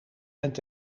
bent